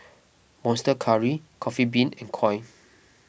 Monster Curry Coffee Bean and Koi